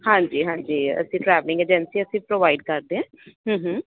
ਹਾਂਜੀ ਹਾਂਜੀ ਅਸੀਂ ਟਰੈਵਲਿੰਗ ਏਜੰਸੀ ਅਸੀਂ ਪ੍ਰੋਵਾਈਡ ਕਰਦੇ